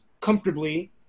comfortably